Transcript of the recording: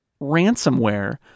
ransomware